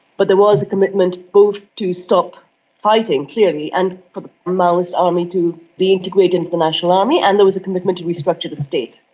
but there was a commitment both to stop fighting, clearly, and for the maoist army to be integrated into the national army, and there was a commitment to restructure the state.